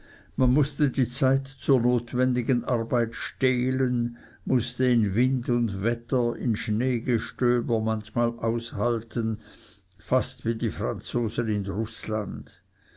man mußte die zeit zur notwendigen arbeit stehlen mußte in wind und wetter in schneegestöber manchmal aushalten fast wie die franzosen in rußland